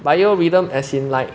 bio rhythm as in like